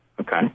Okay